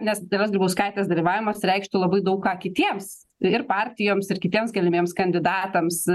nes dalios grybauskaitės dalyvavimas reikštų labai daug ką kitiems ir partijoms ir kitiems galimiems kandidatams